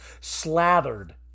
slathered